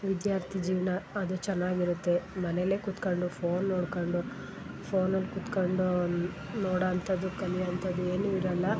ವಿದ್ಯಾರ್ಥಿ ಜೀವನ ಅದು ಚೆನ್ನಾಗಿರುತ್ತೆ ಮನೆಲ್ಲೇ ಕುತ್ಕೊಂಡು ಫೋನ್ ನೋಡಿಕೊಂಡು ಫೋನಲ್ಲಿ ಕುತ್ಕೊಂಡು ನೋಡುವಂಥದ್ದು ಕಲಿಯುವಂಥದ್ದು ಏನೂ ಇರಲ್ಲ